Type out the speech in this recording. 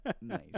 nice